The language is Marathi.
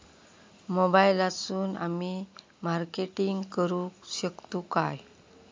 मोबाईलातसून आमी मार्केटिंग करूक शकतू काय?